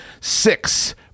six